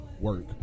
work